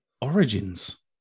Origins